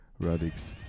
Radix